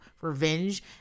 revenge